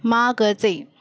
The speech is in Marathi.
मागचे